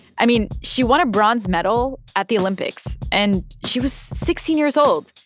i mean, she won a bronze medal at the olympics, and she was sixteen years old.